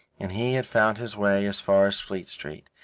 and he had found his way as far as fleet street,